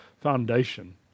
foundation